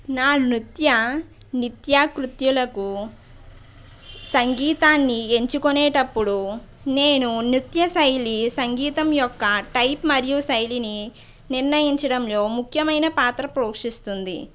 నా నృత్య నిత్యా కృత్యులకు సంగీతాన్ని ఎంచుకునేటప్పుడు నేను నృత్య శైలి సంగీతం యొక్క టైప్ మరియు శైలిని నిర్ణయించడంలో ముఖ్యమైన పాత్ర పోషిస్తుంది